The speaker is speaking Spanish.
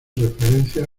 referencia